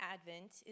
Advent